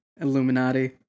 Illuminati